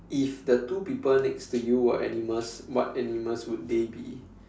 if the two people next to you were animals what animals would they be